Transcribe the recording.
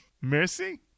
Mercy